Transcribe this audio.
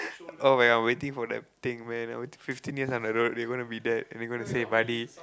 oh-my-god I'm waiting for that thing man I waiting fifteen years down the road you're gonna be that and you're gonna say buddy